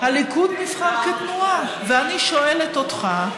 הליכוד נבחר כתנועה, ואני שואלת אותך: